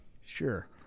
sure